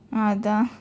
அதான்:athaan